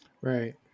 Right